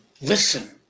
listen